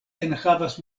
enhavas